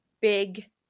big